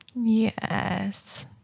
Yes